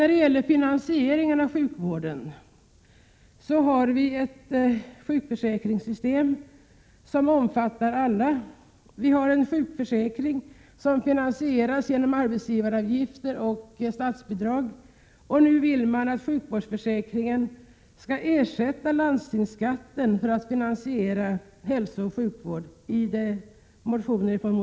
När det gäller finansieringen av sjukvården har vi ett sjukförsäkringssystem som omfattar alla och som finansieras genom arbetsgivaravgifter och statsbidrag. Nu vill moderaterna i en motion att sjukvårdsförsäkringen skall ersätta landstingsskatten för att finansiera hälsooch sjukvården.